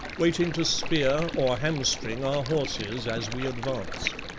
waiting to spear or hamstring our horses as we advanced.